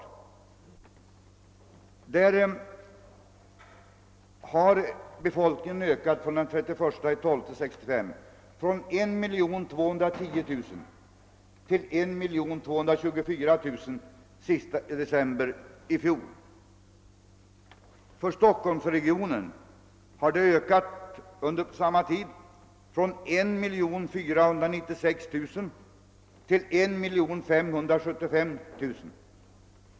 I denna region har befolkningen ökat från 1 210000 den 31 december 1965 till 1224 000 den 31 december i fjol. I Stockholmsregionen har den under samma tid ökat från 1496 000 till 1575 000.